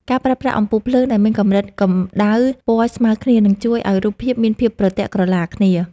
ការប្រើប្រាស់អំពូលភ្លើងដែលមានកម្រិតកម្តៅពណ៌ស្មើគ្នានឹងជួយឱ្យរូបភាពមានភាពប្រទាក់ក្រឡាគ្នា។